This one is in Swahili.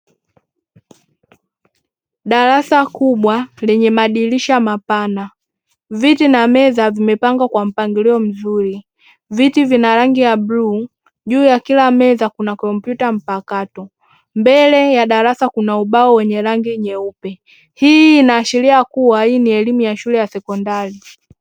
Darasa kubwa lenye madirisha mapana, viti na meza vimepangwa kwa mpangilio mzuri viti vina rangi ya bluu, juu ya kila meza kuna kompyuta mpakato mbele ya darasa kuna ubao wenye rangi nyeupe hii inaashiria kuwa hii ni elimu ya shule ya sekondari.